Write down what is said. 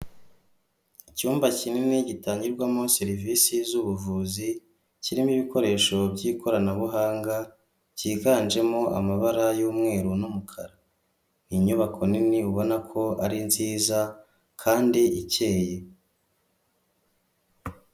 Icyumba kinini gitangirwamo serivise z'ubuvuzi kirimo ibikoresho by'ikoranabuhanga cyiganjemo amabara y'umweru n'umukara. Inyubako nini ubona ko ari nziza kandi ikeye.